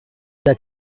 that